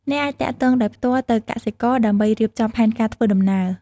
អ្នកអាចទាក់ទងដោយផ្ទាល់ទៅកសិករដើម្បីរៀបចំផែនការធ្វើដំណើរ។